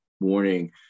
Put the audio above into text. morning